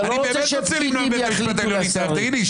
אני באמת רוצה למנוע מבית המשפט העליון להתערב.